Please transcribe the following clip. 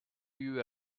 you